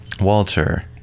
walter